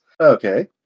Okay